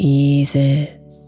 eases